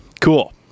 cool